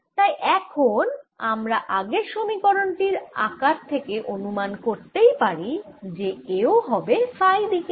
তাই এখন আমরা আগের সমীকরণ টির আকার থেকে অনুমান করতেই পারি যে A ও হবে ফাই দিকেই